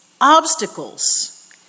obstacles